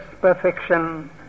perfection